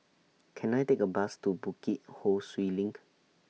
Can I Take A Bus to Bukit Ho Swee LINK